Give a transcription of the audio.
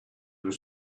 was